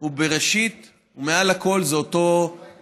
הוא ראשית ומעל הכול אותו ילד,